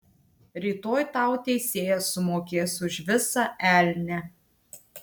rytoj tau teisėjas sumokės už visą elnią